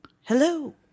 hello